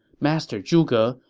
master zhuge,